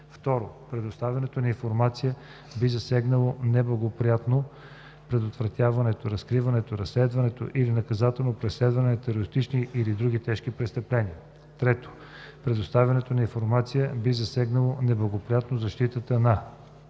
2. предоставянето на информация би засегнало неблагоприятно предотвратяването, разкриването, разследването или наказателното преследване на терористични или други тежки престъпления; 3. предоставянето на информация би засегнало неблагоприятно защитата на: